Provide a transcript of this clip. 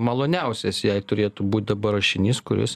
maloniausias jai turėtų būt dabar rašinys kuris